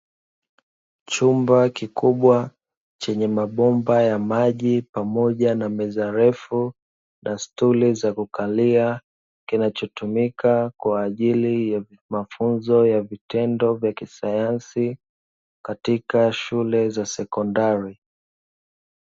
Chumba kikubwa chenye mabomba ya maji pamoja na meza ndefu na stuli ya kukalia, kinachotumika kwa ajili ya mafunzo ya vitendo vya kisayansi katika shule za sekondari.